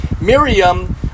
Miriam